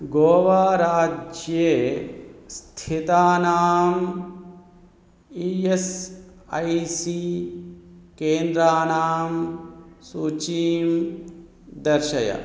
गोवा राज्ये स्थितानाम् E S I C केन्द्राणां सूचीं दर्शय